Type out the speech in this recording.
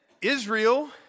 Israel